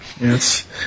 yes